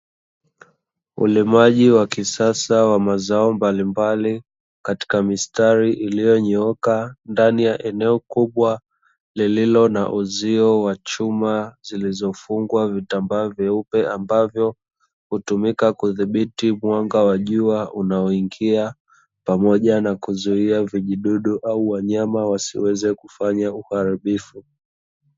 Ulimaji wa kisasa wa mazao mbalimbali katika mistari iliyonyooka ndani ya eneo kubwa lililo na uzio wa chuma zilizofungwa vitambaa vyeupe, ambavyo hutumika kudhibiti mwanga wa jua unaoingia pamoja na kuzuia vijidudu au wanyama wasiweze kufanya uharibifu.